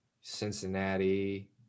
cincinnati